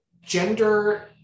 gender